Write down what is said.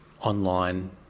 online